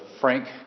Frank